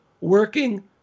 working